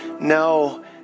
no